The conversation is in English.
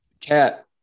cat